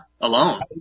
alone